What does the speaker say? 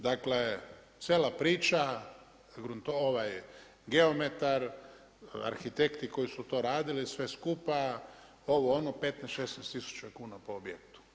Dakle cijela priča geometar, arhitekti koji su to radili sve skupa, ovo, ono, 15, 16 tisuća kuna po objektu.